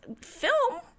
film